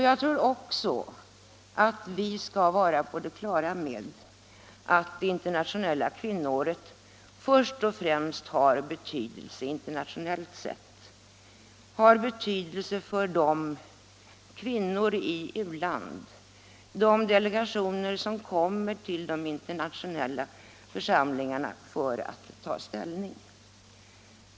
Jag tror också att vi skall vara på det klara med att det internationella kvinnoåret först och främst har betydelse internationellt sett, har betydelse för de kvinnor som lever i u-land, de delegationer som kommer till de internationella församlingarna för att ta ställning.